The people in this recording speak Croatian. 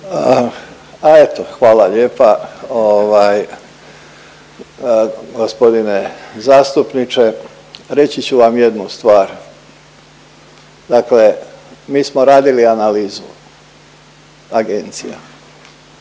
A eto, hvala lijepa. Ovaj, gospodine zastupniče reći ću vam jednu stvar. Dakle mi smo radili analizu agencija